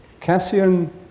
Cassian